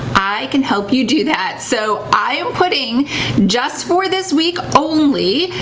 i can help you do that. so i am putting just for this week only,